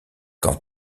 quand